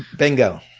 bingo,